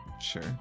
Sure